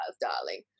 darling